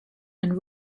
and